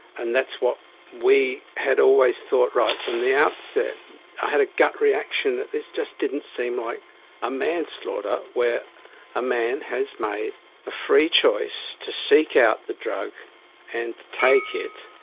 and that's what we had always thought right from the outset. i had a gut reaction that this just didn't seem like a manslaughter, where a man has made a free choice to seek out the drug and to take it,